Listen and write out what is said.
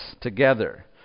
together